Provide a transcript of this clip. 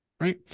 right